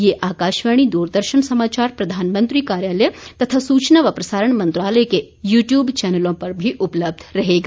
यह आकाशवाणी दूरदर्शन समाचार प्रधानमंत्री कार्यालय तथा सूचना व प्रसारण मंत्रालय के यू ट्यूब चैनलों पर भी उपलब्ध रहेगा